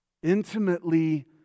Intimately